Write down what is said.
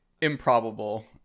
improbable